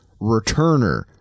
returner